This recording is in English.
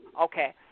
Okay